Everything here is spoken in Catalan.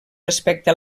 respecte